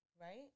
right